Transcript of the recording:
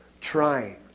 Trying